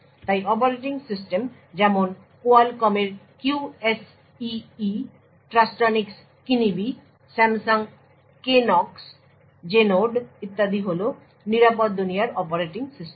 তাই operating system যেমন কোয়ালকমের QSEE Trustonics Kinibi Samsung Knox Genode ইত্যাদি হল নিরাপদ দুনিয়ার অপারেটিং সিস্টেম